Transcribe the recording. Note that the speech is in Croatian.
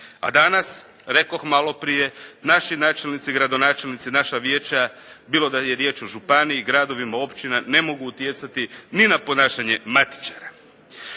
Danas, rekoh malo prije naši načelnici i gradonačelnici naša vijeća, bilo da je riječ o županiji, gradovima i općinama ne mogu utjecati ni na ponašanje matičara.